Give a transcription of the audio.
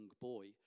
boy